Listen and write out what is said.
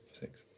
Six